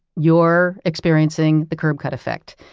you're experiencing the curb cut effect.